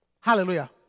Hallelujah